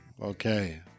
Okay